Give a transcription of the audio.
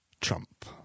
Trump